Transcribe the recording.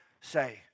say